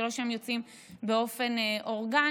זה לא שהם יוצאים באופן אורגני,